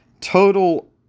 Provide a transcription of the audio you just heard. total